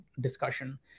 discussion